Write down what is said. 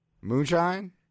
Moonshine